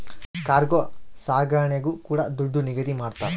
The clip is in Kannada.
ಕಾರ್ಗೋ ಸಾಗಣೆಗೂ ಕೂಡ ದುಡ್ಡು ನಿಗದಿ ಮಾಡ್ತರ